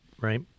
right